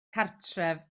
cartref